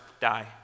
die